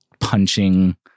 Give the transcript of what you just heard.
punching